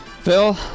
Phil